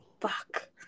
Fuck